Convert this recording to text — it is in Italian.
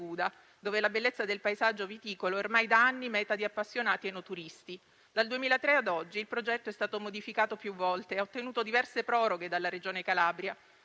grazie